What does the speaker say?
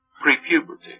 pre-puberty